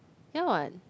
ya what